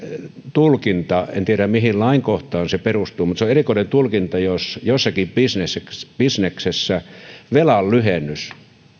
tulkinta en tiedä mihin lainkohtaan se perustuu mutta se on erikoinen tulkinta jos jossakin bisneksessä bisneksessä velan lyhennys